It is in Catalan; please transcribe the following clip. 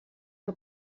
que